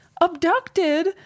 abducted